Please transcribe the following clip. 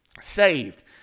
saved